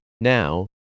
Now